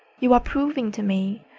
you are proving to me,